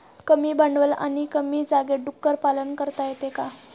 कमी भांडवल आणि कमी जागेत डुक्कर पालन करता येते